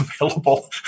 available